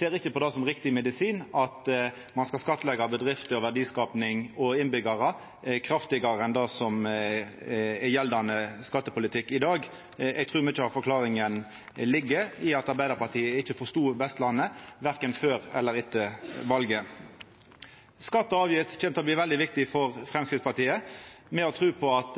ser ikkje på det som riktig medisin at ein skal skattleggja bedrifter, verdiskaping og innbyggjarar kraftigare enn det som er gjeldande skattepolitikk i dag. Eg trur mykje av forklaringa ligg i at Arbeidarpartiet ikkje forstod Vestlandet verken før eller etter valet. Skatt og avgift kjem til å bli veldig viktig for Framstegspartiet. Me har tru på at